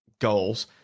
goals